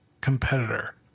competitor